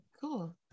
cool